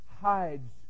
hides